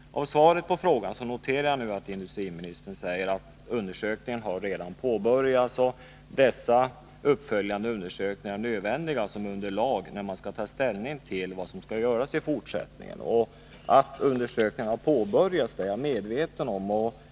Jag noterar nu att industriministern i svaret på frågan säger att undersökningar redan har påbörjats och att dessa uppföljande undersök ningar är nödvändiga som underlag när man skall ta ställning till vad som skall göras i fortsättningen. Att undersökningarna har påbörjats är jag medveten om.